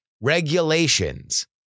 regulations